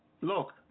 look